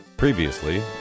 Previously